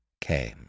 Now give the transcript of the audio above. came